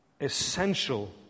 essential